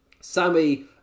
Sammy